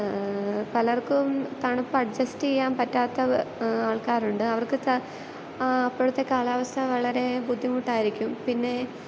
പലർക്കും തണുപ്പ് അഡ്ജസ്റ്റ് ചെയ്യാൻ പറ്റാത്ത ആൾക്കാരുണ്ട് അവർക്ക് ത അപ്പോഴത്തെ കാലാവസ്ഥ വളരെ ബുദ്ധിമുട്ടായിരിക്കും പിന്നെ